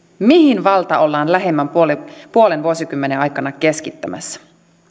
mihin valta ollaan lähemmän puolen puolen vuosikymmenen aikana keskittämässä